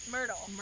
Myrtle